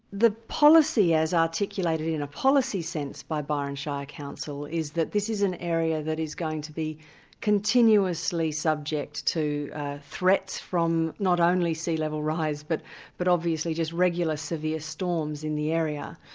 the policy as articulated in a policy sense by byron shire council, is that this is an area that is going to be continuously subject to threats from not only sea-level rise but but obviously just regular severe storms in the area.